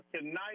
tonight